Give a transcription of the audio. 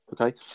Okay